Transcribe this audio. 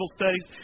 studies